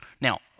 now